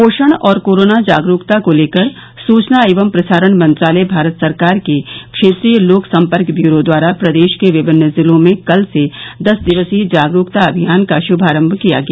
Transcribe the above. पोषण और कोरोना जागरूकता को लेकर सूचना एवं प्रसारण मंत्रालय भारत सरकार के क्षेत्रीय लोक सम्पर्क ब्यूरो द्वारा प्रदेश के विभिन्न जिलों में कल से दस दिवसीय जागरूकता अभियान का श्भारम्म किया गया